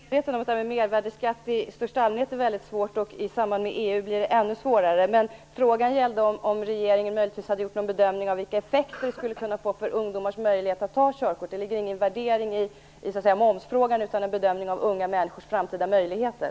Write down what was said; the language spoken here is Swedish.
Fru talman! Jag är verkligen medveten om att frågan om mervärdesskatt är väldigt svår i största allmänhet, och att den blir ännu svårare i samband med EU. Men min fråga gällde om regeringen möjligtvis hade gjort någon bedömning av vilka effekter det skulle kunna få för ungdomars möjligheter att ta körkort. Det är ingen värdering i momsfrågan jag efterfrågar utan en bedömning av unga människors framtida möjligheter.